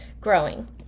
growing